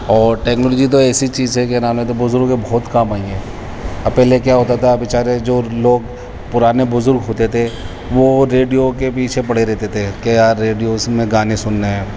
اور ٹیکنالوجی تو ایسی چیز ہے کیا نام ہے تو بزرگوں کے بہت کام آئی ہے پہلے کیا ہوتا تھا بچارے جو لوگ پرانے بزرگ ہوتے تھے وہ ریڈیو کے پیچھے پڑے رہتے تھے کہ یار ریڈیو سے میں گانے سننے ہیں